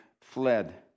fled